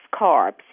carbs